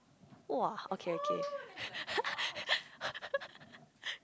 !wah! okay okay